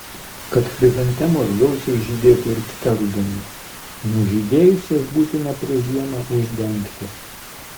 kad chrizantemos gausiai žydėtų ir kitą rudenį nužydėjus jas būtina prieš žiemą uždengti